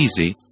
easy